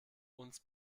uns